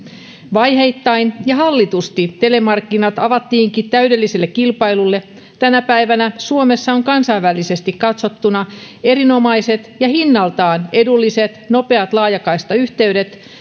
vaiheittain ja hallitusti telemarkkinat avattiinkin täydelliselle kilpailulle tänä päivänä suomessa on kansainvälisesti katsottuna erinomaiset ja hinnaltaan edulliset nopeat laajakaistayhteydet